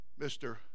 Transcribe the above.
Mr